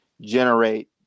generate